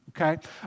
okay